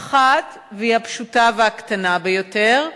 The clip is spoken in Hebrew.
האחת, והיא הפשוטה והקטנה ביותר,